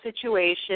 situation